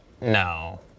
No